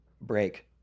break